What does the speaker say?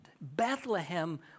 Bethlehem